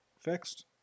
fixed